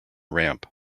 ramp